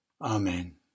Amen